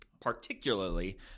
particularly